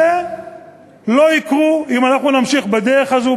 כל אלה לא יקרו אם נמשיך בדרך הזו,